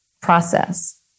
process